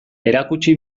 erakutsi